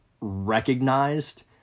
recognized